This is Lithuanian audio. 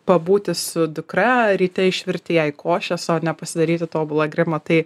pabūti su dukra ryte išvirti jai košės o ne pasidaryti tobulą grimą tai